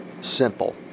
Simple